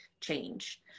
change